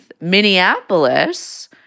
Minneapolis